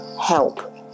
help